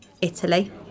Italy